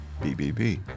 BBB